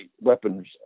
weapons